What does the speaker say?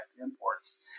imports